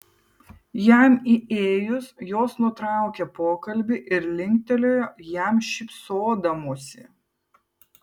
jam įėjus jos nutraukė pokalbį ir linktelėjo jam šypsodamosi